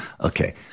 Okay